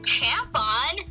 Champon